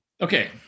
Okay